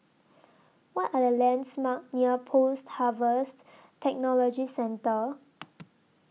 What Are The lands Marks near Post Harvest Technology Centre